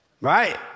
right